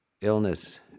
Illness